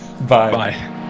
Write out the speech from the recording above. Bye